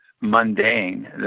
mundane